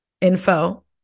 info